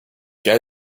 get